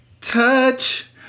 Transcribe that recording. touch